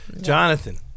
Jonathan